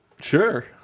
Sure